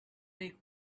make